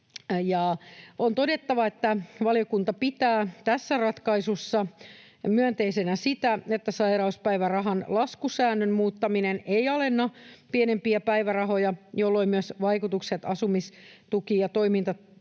On todettava, että valiokunta pitää tässä ratkaisussa myönteisenä sitä, että sairauspäivärahan laskusäännön muuttaminen ei alenna pienimpiä päivärahoja, jolloin myös vaikutukset asumistuki- ja toimeentulotukimenoihin